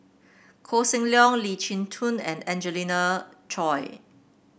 Koh Seng Leong Lee Chin Koon and Angelina Choy